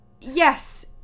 Yes